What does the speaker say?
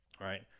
right